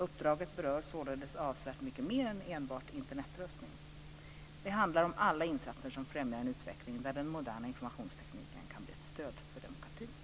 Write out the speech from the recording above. Uppdraget berör således avsevärt mycket mer än enbart Internetröstning. Det handlar om alla insatser som främjar en utveckling där den moderna informationstekniken kan bli ett stöd för demokratin.